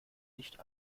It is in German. nicht